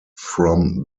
from